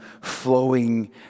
flowing